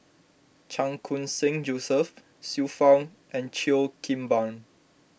Chan Khun Sing Joseph Xiu Fang and Cheo Kim Ban